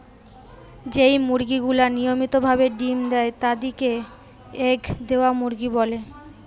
যেই মুরগি গুলা নিয়মিত ভাবে ডিম্ দেয় তাদির কে এগ দেওয়া মুরগি বলে